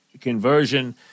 conversion